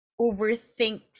overthink